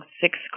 Six